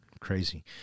Crazy